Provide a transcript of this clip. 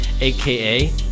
aka